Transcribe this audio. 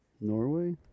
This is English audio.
Norway